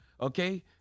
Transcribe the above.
Okay